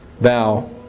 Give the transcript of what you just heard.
Thou